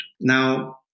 Now